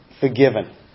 forgiven